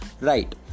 right